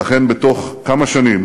ואכן, בתוך כמה שנים